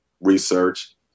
research